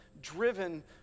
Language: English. driven